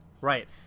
Right